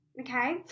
okay